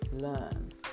learn